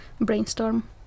brainstorm